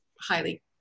highly